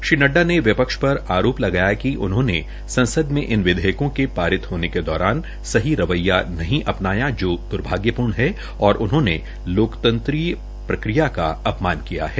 श्री नड़डा ने विपक्ष पर आरोप लगाया कि संसद में इन विधेयकों के पारित होने के दौरान सही रवैया नहीं अपनाया जो दुर्भग्यपूर्ण है और उन्होंने लोकतंत्रीय प्रक्रिया का अपमान किया है